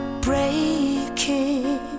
breaking